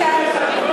קצבת שאירים ופסיקה,